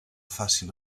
fàcil